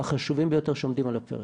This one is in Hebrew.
החשובים ביותר שעומדים על הפרק.